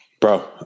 Bro